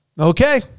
Okay